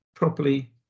properly